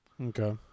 Okay